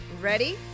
Ready